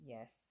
Yes